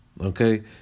Okay